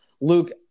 Luke